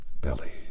belly